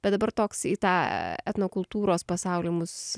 bet dabar toks į tą etnokultūros pasaulį mus